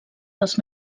dels